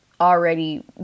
already